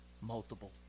multiple